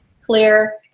clear